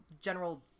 general